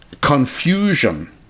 confusion